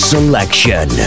Selection